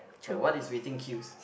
it's like what is waiting queues